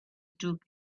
took